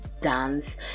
dance